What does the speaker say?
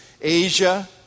Asia